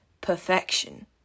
perfection